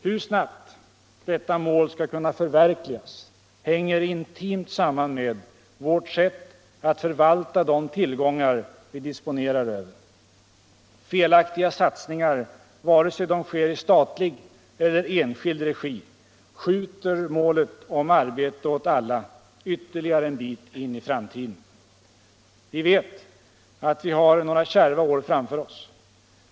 Hur snabbt detta mål skall kunna förverkligas hänger intimt samman med vårt sätt att förvalta de tillgångar vi disponerar över. Felaktiga satsningar, vare sig de sker i statlig eller i enskild regi, skjuter målet om arbete åt alla ytterligare en bit in i framtiden. Vi vet att vi har några kärva år framför oss.